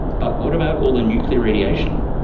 but what about all the nuclear radiation?